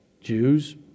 Jews